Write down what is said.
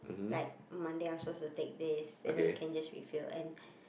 like Monday I'm suppose to take this and then you can reveal and